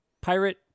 pirate